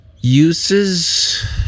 uses